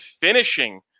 finishing